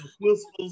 whistles